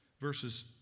verses